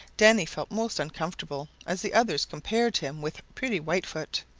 danny felt most uncomfortable as the others compared him with pretty whitefoot.